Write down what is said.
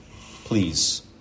please